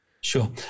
Sure